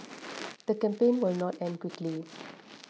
the campaign will not end quickly